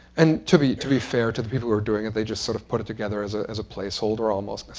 and to be to be fair to the people who are doing it, they just sort of put it together as ah as a placeholder almost. and